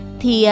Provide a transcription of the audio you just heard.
thì